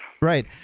Right